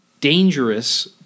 Dangerous